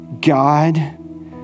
God